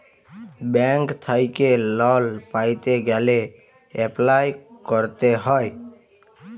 bank থ্যাইকে লল পাইতে গ্যালে এপ্লায় ক্যরতে হ্যয়